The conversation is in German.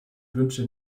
wünsche